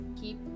keep